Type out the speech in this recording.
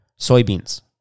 soybeans